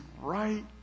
right